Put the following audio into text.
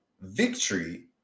Victory